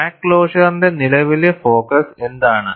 crack ക്ലോഷറിന്റെ നിലവിലെ focus എന്താണ്